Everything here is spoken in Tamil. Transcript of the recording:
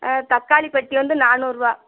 ஆ தக்காளி பெட்டி வந்து நானூறுபா